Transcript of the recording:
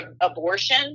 abortion